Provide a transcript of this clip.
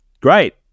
great